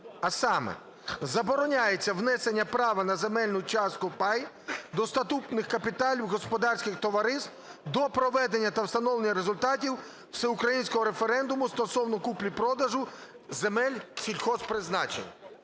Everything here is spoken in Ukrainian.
а саме: "Забороняється внесення права на земельну частку (пай) до статутних капіталів господарських товариств до проведення та встановлення результатів всеукраїнського референдуму стосовно купівлі-продажу земель сільгосппризначення".